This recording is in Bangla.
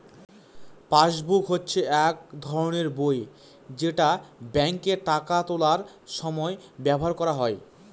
পাসবুক হচ্ছে এক ধরনের বই যেটা ব্যাঙ্কে টাকা তোলার সময় ব্যবহার করা হয়